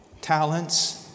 talents